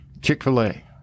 chick-fil-a